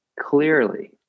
Clearly